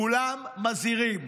כולם מזהירים,